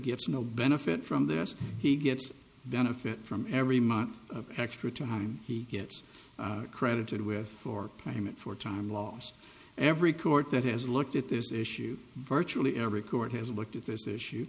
gets no benefit from this he gets benefit from every month extra time he gets credited with for payment for time lost every court that has looked at this issue virtually every court has looked at this issue